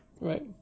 Right